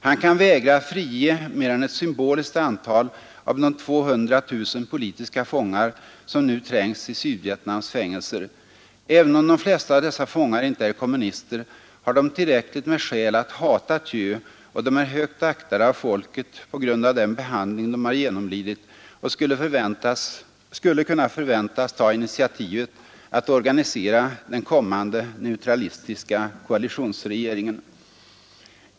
Han kan vägra att frige mer än ett symboliskt antal av de 200 000 politiska fångar som nu trängs i Sydvietnams fängelser Även om de flesta av dessa fångar inte är kommunister, har de tillräckligt med skäl att hata Thieu, och de är högt aktade av folket på grund av den behandling de har genomlidit och skulle kunna förväntas ta initiativet att organisera den kommande neutralistiska koalitionsregeringen.